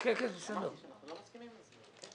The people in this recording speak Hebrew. לא מסכימים לזה.